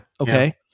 Okay